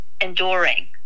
enduring